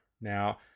Now